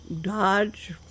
Dodge